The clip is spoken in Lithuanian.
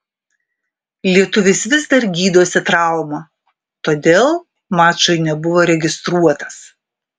lietuvis vis dar gydosi traumą todėl mačui nebuvo registruotas